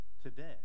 Today